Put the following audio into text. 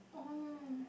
oh